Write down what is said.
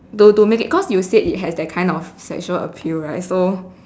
to to make it cause you said it has that kind of sexual appeal right so